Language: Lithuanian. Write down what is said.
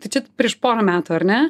tai čia prieš porą metų ar ne